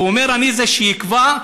ואומר: אני זה שיקבע,